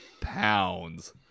pounds